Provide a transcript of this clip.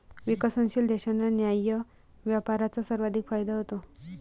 विकसनशील देशांना न्याय्य व्यापाराचा सर्वाधिक फायदा होतो